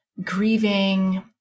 grieving